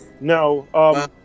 No